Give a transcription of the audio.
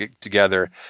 together